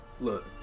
Look